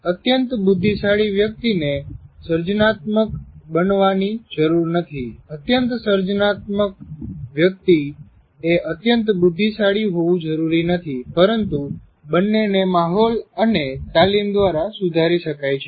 અત્યંત બુદ્ધિશાળી વ્યકિતને સર્જનાત્મક બનવાની જરૂર નથી અત્યંત સર્જનાત્મક વ્યક્તિએ અત્યંત બુદ્ધિશાળી હોવું જરૂરી નથી પરંતુ બંનેને માહોલ અને તાલીમ દ્વારા સુધારી શકાય છે